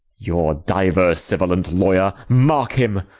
your diversivolent lawyer, mark him!